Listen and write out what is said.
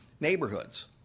neighborhoods